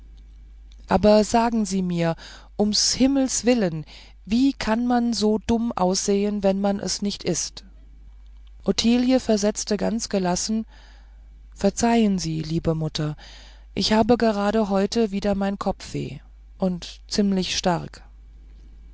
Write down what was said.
aber sagen sie mir um's himmels willen wie kann man so dumm aussehen wenn man es nicht ist ottilie versetzte ganz gelassen verzeihen sie liebe mutter ich habe gerade heute wieder mein kopfweh und ziemlich stark